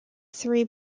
three